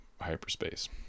hyperspace